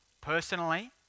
personally